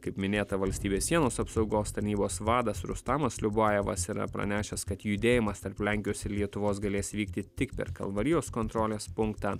kaip minėta valstybės sienos apsaugos tarnybos vadas rustanas liubajevas yra pranešęs kad judėjimas tarp lenkijos ir lietuvos galės vykti tik per kalvarijos kontrolės punktą